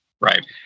Right